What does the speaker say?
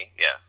yes